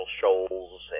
shoals